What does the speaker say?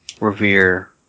revere